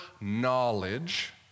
knowledge